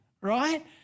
right